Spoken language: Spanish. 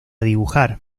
dibujar